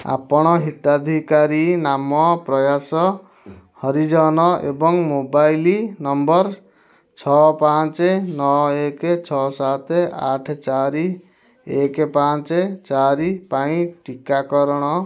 ଆପଣ ହିତାଧିକାରୀ ନାମ ପ୍ରୟାସ ହରିଜନ ଏବଂ ମୋବାଇଲ୍ ନମ୍ବର୍ ଛଅ ପାଞ୍ଚ ନଅ ଏକ ଛଅ ସାତ ଆଠ ଚାରି ଏକ ପାଞ୍ଚ ଚାରି ପାଇଁ ଟୀକାକରଣର ପ୍ରମାଣପତ୍ର ଡାଉନଲୋଡ଼୍ କରିପାରିବେ କି